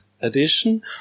edition